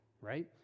right